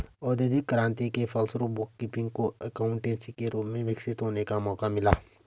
औद्योगिक क्रांति के फलस्वरूप बुक कीपिंग को एकाउंटेंसी के रूप में विकसित होने का मौका मिला